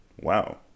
Wow